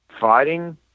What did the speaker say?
fighting